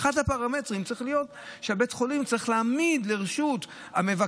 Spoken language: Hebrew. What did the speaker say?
ואחד הפרמטרים צריך להיות שבית החולים צריך להעמיד זאת לרשות המבקרים,